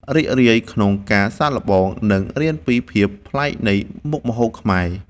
រីករាយក្នុងការសាកល្បង និងរៀនពីភាពប្លែកនៃមុខម្ហូបខ្មែរ។